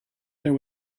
there